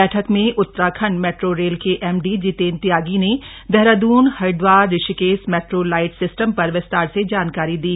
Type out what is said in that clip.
बैठक में Uttarakhand metro rail के एमडी जितेन्द्र त्यागी ने Dehradun Haridwar Rishikesh metro light system पर विस्तार से जानकारी दी